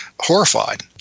Horrified